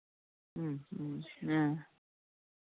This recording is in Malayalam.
ആ